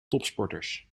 topsporters